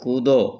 कूदो